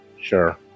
Sure